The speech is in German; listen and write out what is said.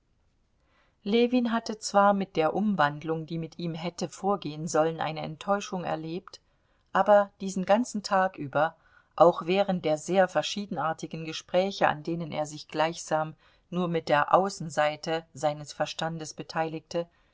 ljewin hatte zwar mit der umwandlung die mit ihm hätte vorgehen sollen eine enttäuschung erlebt aber diesen ganzen tag über auch während der sehr verschiedenartigen gespräche an denen er sich gleichsam nur mit der außenseite seines verstandes beteiligte